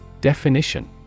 Definition